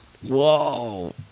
whoa